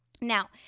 Now